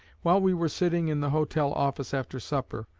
while we were sitting in the hotel office after supper,